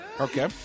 Okay